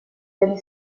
elle